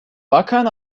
bakan